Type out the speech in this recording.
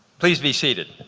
please be seated.